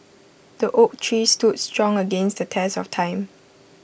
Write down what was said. the oak tree stood strong against the test of time